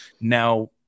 Now